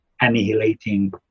annihilating